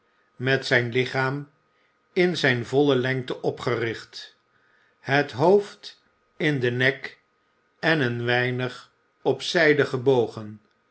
met zijn lichaam in zijne volle lengte opgericht het hoofd in den nek en een weinig op zijde gebogen